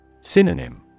Synonym